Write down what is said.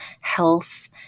health